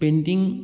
painting